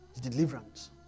Deliverance